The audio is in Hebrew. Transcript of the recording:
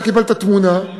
אתה קיבלת תמונה,